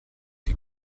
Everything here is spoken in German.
die